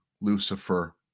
Lucifer